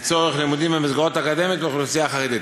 לצורך לימודים במסגרות האקדמיות לאוכלוסייה החרדית.